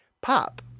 pop